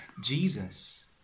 Jesus